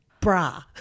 bra